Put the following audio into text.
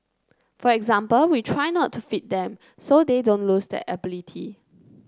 for example we try not to feed them so they don't lose that ability